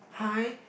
hi